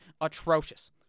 atrocious